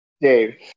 Dave